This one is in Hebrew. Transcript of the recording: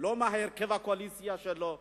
מהרכב הקואליציה שלו.